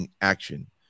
action